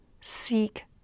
seek